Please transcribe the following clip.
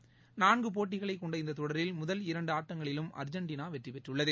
கொண்ட நான்குபோட்டிகளைக் இந்ததொடரில் முதல் இரண்டுஆட்டங்களிலும் அர்ஜெண்டினாவெற்றிபெற்றுள்ளது